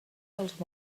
dels